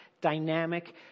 dynamic